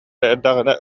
эрдэҕинэ